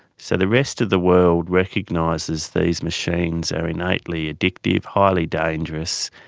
so the rest of the world recognises these machines are innately addictive, highly dangerous,